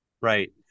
Right